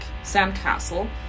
sandcastle